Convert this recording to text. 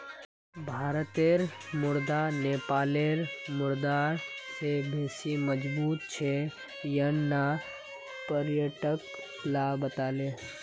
भारतेर मुद्रा नेपालेर मुद्रा स बेसी मजबूत छेक यन न पर्यटक ला बताले